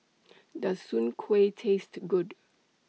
Does Soon Kueh Taste Good